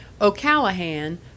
O'Callahan